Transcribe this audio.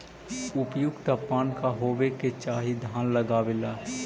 उपयुक्त तापमान का होबे के चाही धान लगावे ला?